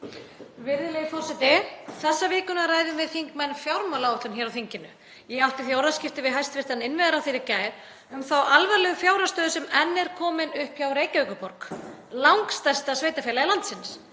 Virðulegi forseti. Þessa vikuna ræðum við þingmenn fjármálaáætlun hér á þinginu. Ég átti í orðaskiptum við hæstv. innviðaráðherra í gær um þá alvarlegu fjárhagsstöðu sem enn er komin upp hjá Reykjavíkurborg, langstærsta sveitarfélagi landsins.